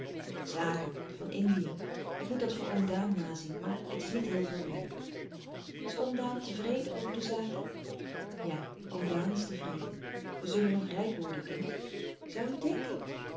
zaken van indië ik moet dat voor oom daan nazien maar het is niet heel veel werk is oom daan tevreden over de zaken ja oom daan is tevreden we zullen nog rijk worden kind zoû u denken